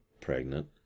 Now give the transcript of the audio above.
pregnant